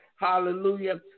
Hallelujah